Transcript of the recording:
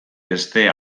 beste